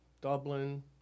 Dublin